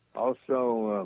also ah